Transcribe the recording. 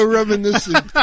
reminiscing